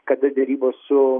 kada derybos su